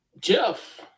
Jeff